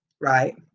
Right